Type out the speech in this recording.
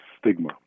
stigma